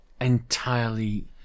entirely